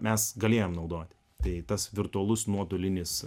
mes galėjom naudoti tai tas virtualus nuotolinis